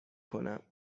کنم